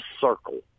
circle